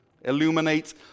illuminate